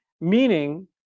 meaning